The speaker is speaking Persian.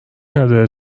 نداره